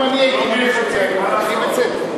אם אני הייתי, היו מקבלים את זה?